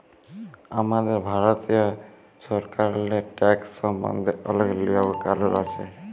আমাদের ভারতীয় সরকারেল্লে ট্যাকস সম্বল্ধে অলেক লিয়ম কালুল আছে